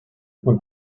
fue